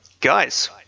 guys